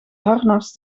harnas